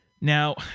Now